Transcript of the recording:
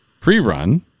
pre-run